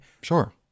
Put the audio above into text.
Sure